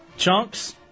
Chunks